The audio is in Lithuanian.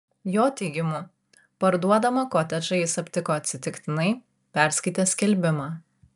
jo teigimu parduodamą kotedžą jis aptiko atsitiktinai perskaitęs skelbimą